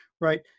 right